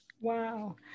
Wow